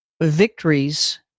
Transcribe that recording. victories